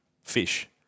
Fish